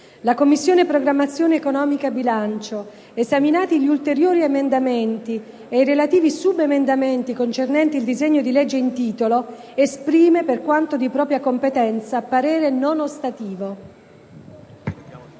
«La Commissione programmazione economica, bilancio, esaminati gli ulteriori emendamenti e i relativi subemendamenti, concernenti il disegno di legge in titolo, esprime, per quanto di propria competenza, parere non ostativo».